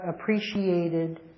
appreciated